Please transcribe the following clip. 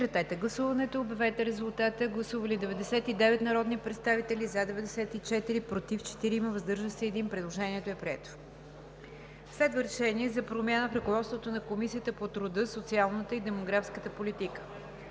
РЕШЕНИЕ за промяна в ръководството на Комисията по труда, социалната и демографска политика